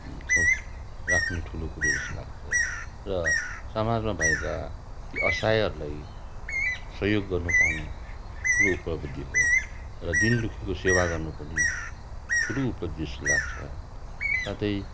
सोच राख्ने ठुलो सोच जस्तो लाग्छ र समाजमा भएका ती असहायहरूलाई सहयोग गर्नु पाउनु ठुलो उपलब्धि हो र दीन दुःखीको सेवा गर्नु पनि ठुलो उपलब्धि जस्तो लाग्छ साथै